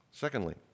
Secondly